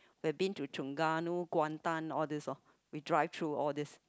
we have been to Terengganu Kuantan all these lor we drive through all these